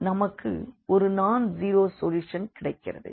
ஆகவே நமக்கு ஒரு நான் ஸீரோ சொல்யூஷன் கிடைக்கிறது